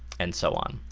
and so on.